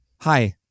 Hi